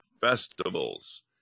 festivals